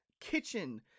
kitchen